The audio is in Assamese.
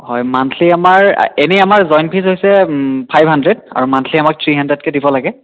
হয় মান্থলি আমাৰ এনেই আমাৰ জইন ফিজ হৈছে ফাইভ হানড্ৰেড আৰু মান্থলী আমাৰ থ্ৰী হানড্ৰেডকৈ দিব লাগে